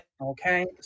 Okay